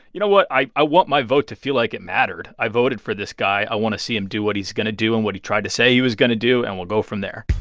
you know what? i i want my vote to feel like it mattered. i voted for this guy. i want to see him do what he's going to do and what he tried to say he was going to do, and we'll go from there